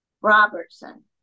Robertson